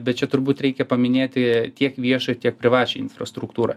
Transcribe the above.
bet čia turbūt reikia paminėti tiek viešą ir tiek privačią infrastruktūrą